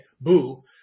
Boo